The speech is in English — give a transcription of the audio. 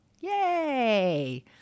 Yay